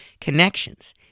connections